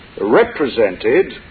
represented